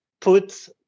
put